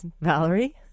Valerie